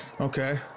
Okay